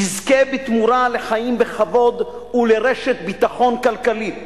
יזכה בתמורה לחיים בכבוד ולרשת ביטחון כלכלית,